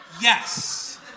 Yes